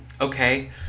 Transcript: okay